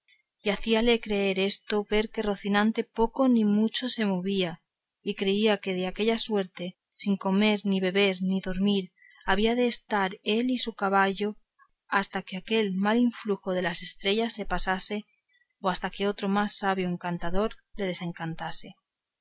y hacíale creer esto ver que rocinante poco ni mucho se movía y creía que de aquella suerte sin comer ni beber ni dormir habían de estar él y su caballo hasta que aquel mal influjo de las estrellas se pasase o hasta que otro más sabio encantador le desencantase